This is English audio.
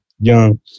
young